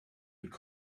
could